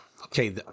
Okay